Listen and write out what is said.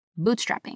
Bootstrapping